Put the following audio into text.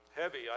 Heavy